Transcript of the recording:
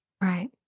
Right